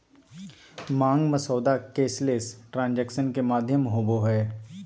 मांग मसौदा cashless transaction के माध्यम होबो हइ